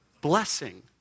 blessing